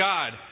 God